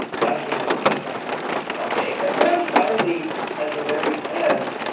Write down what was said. you absolutely don't need that okay. and then finally at the very end,